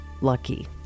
Lucky